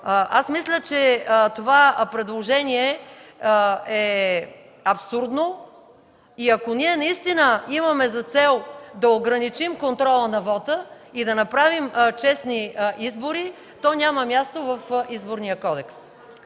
Мисля, че това предложение е абсурдно и ако наистина имаме за цел да ограничим контрола на вота и да направим честни избори, то няма място в Изборния кодекс.